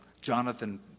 Jonathan